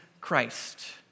Christ